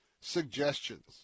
suggestions